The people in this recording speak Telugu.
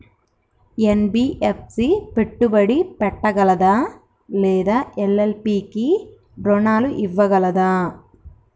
ఎన్.బి.ఎఫ్.సి పెట్టుబడి పెట్టగలదా లేదా ఎల్.ఎల్.పి కి రుణాలు ఇవ్వగలదా?